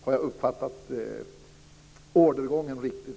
Har jag uppfattat ordergången riktigt?